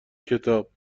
کتاب